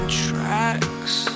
tracks